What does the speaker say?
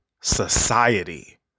society